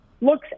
looks